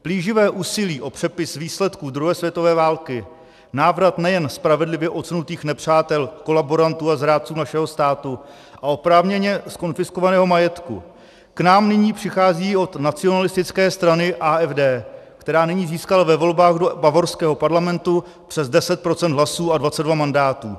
Plíživé úsilí o přepis výsledků druhé světové války, návrat nejen spravedlivě odsunutých nepřátel, kolaborantů a zrádců našeho státu a oprávněně zkonfiskovaného majetku k nám nyní přichází od nacionalistické strany AfD, která nyní získala ve volbách do bavorského parlamentu přes 10 % hlasů a 22 mandátů.